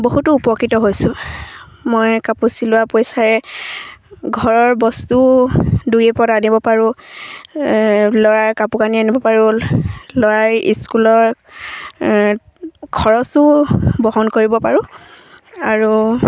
বহুতো উপকৃত হৈছোঁ মই কাপোৰ চিলোৱা পইচাৰে ঘৰৰ বস্তু দুই এপদ আনিব পাৰোঁ ল'ৰাৰ কাপোৰ কানি আনিব পাৰোঁ ল'ৰাৰ স্কুলৰ খৰচো বহন কৰিব পাৰোঁ আৰু